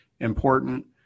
important